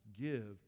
give